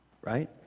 right